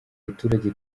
baturage